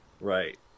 Right